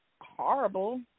horrible